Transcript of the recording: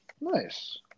Nice